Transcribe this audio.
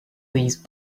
these